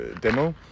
demo